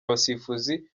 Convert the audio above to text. abasifuzi